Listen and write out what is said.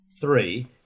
three